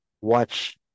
watch